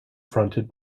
fronted